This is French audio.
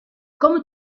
comme